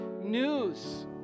news